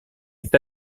est